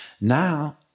now